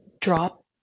drop